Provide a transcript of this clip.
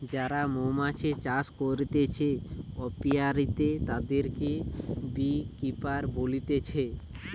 যারা মৌমাছি চাষ করতিছে অপিয়ারীতে, তাদিরকে বী কিপার বলতিছে